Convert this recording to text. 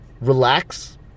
relax